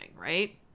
right